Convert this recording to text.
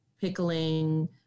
pickling